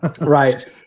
right